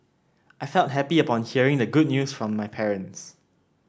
I felt happy upon hearing the good news from my parents